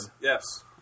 yes